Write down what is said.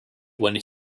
when